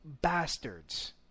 bastards